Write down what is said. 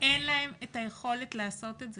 אין להן את היכולת לעשות את זה.